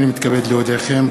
הנני מתכבד להודיעכם,